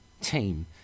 team